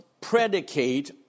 predicate